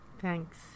Thanks